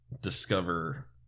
discover